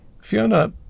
Fiona